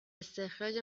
استخراج